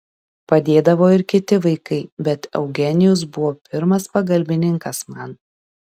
padėdavo ir kiti vaikai bet eugenijus buvo pirmas pagalbininkas man